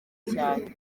cyane